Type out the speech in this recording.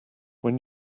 when